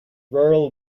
rural